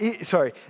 sorry